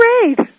Great